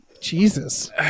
Jesus